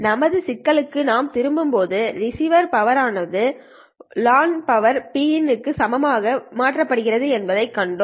நமது சிக்கலுக்குத் திரும்பும்போது ரிசிவட் பவர் ஆனது லான்ச் பவர் Pin க்கு சமமாக மாற்றப்பட்டுள்ளது என்பதைக் கண்டோம்